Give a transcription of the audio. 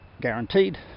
guaranteed